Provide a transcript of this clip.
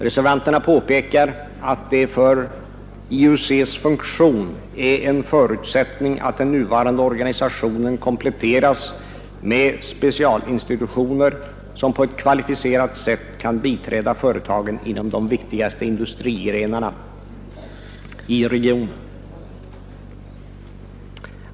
Reservanterna påpekar att det för IUC:s funktion är en förutsättning att den nuvarande organisationen ”kompletteras med specialinstitutioner som på ett kvalificerat sätt kan biträda företagen inom de viktigaste industrigrenarna i regionen”.